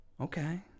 Okay